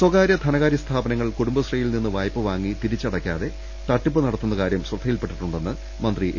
സ്വകാരൃ ധനകാരൃ സ്ഥാപനങ്ങൾ കുടുംബശ്രീയിൽ നിന്ന് വായ്പവാങ്ങി തിരിച്ചടയ്ക്കാതെ തട്ടിപ്പ് നടത്തുന്ന കാര്യം ശ്രദ്ധയിൽപെട്ടിട്ടുണ്ടെന്ന് മന്ത്രി എ